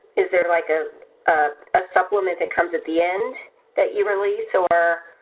is there like a ah supplement that comes at the end that you release or.